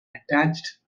attached